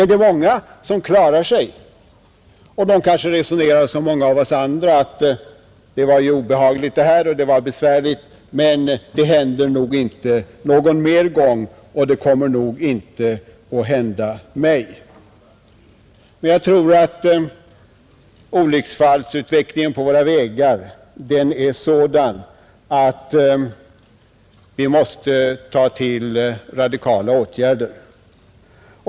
De flesta klarar sig och resonerar kanske som många av oss: ”Det här var obehagligt och besvärligt, men det händer nog inte någon mer gång och det kommer nog inte att hända mig.” Olycksfallsutvecklingen på våra vägar är dock sådan att vi måste sätta in radikala åtgärder.